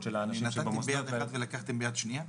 של האנשים --- נתתם ביד אחת ולקחתם מיד שנייה?